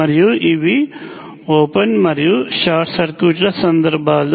మరియు ఇవి ఓపెన్ మరియు షార్ట్ సర్క్యూట్ల సందర్భాలు